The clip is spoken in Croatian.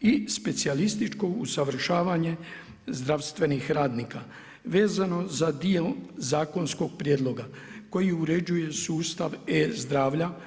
i specijalističko usavršavanje zdravstvenih radnika vezano za dio zakonskog prijedloga koji uređuje sustav e-zdravlja.